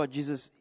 Jesus